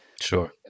Sure